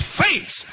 face